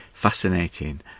fascinating